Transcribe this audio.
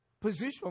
position